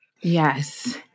Yes